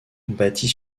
bâtie